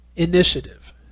Initiative